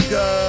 go